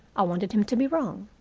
i wanted him to be wrong.